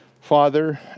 father